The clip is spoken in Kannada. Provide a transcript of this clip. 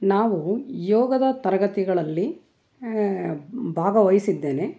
ನಾವು ಯೋಗದ ತರಗತಿಗಳಲ್ಲಿ ಭಾಗವಹಿಸಿದ್ದೇನೆ